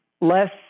less